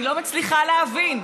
אני לא מצליחה להבין.